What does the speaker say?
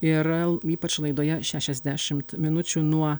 irl ypač laidoje šešiasdešimt minučių nuo